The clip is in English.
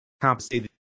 Compensated